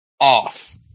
off